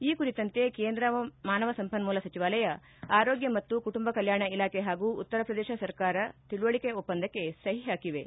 ಈ ಕುರಿತಂತೆ ಕೇಂದ್ರ ಮಾನವ ಸಂಪನ್ಮೂಲ ಸಚಿವಾಲಯ ಆರೋಗ್ಯ ಮತ್ತು ಕುಟುಂಬ ಕಲ್ಕಾಣ ಇಲಾಖೆ ಹಾಗೂ ಉತ್ತರ ಪ್ರದೇಶ ಸರ್ಕಾರ ತಿಳಿವಳಿಕೆ ಒಪ್ಪಂದಕ್ಕೆ ಸಹಿ ಹಾಕಿವೆ